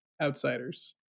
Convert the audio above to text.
outsiders